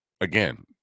again